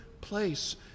place